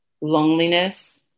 loneliness